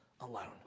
alone